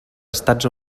estats